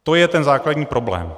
To je ten základní problém.